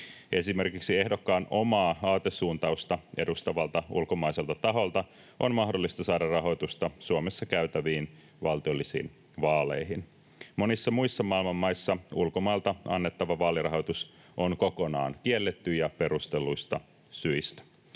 Esimerkiksi ehdokkaan omaa aatesuuntausta edustavalta ulkomaiselta taholta on mahdollista saada rahoitusta Suomessa käytäviin valtiollisiin vaaleihin. Monissa muissa maailman maissa ulkomailta annettava vaalirahoitus on kokonaan kielletty, ja perustelluista syistä.